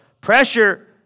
Pressure